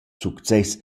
success